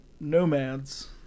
nomads